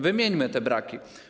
Wymieńmy te braki.